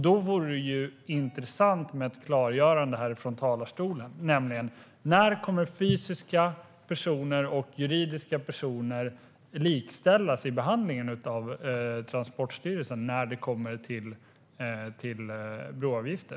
Då vore det intressant med ett klargörande här från talarstolen. När kommer fysiska personer och juridiska personer att likställas i behandlingen av Transportstyrelsen när det kommer till broavgifter?